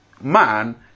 man